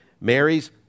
Mary's